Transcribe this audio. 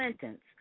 sentence